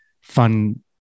fun